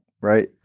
right